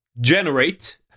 generate